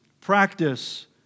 practice